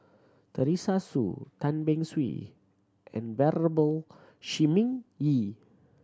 Teresa Hsu Tan Beng Swee and Venerable Shi Ming Yi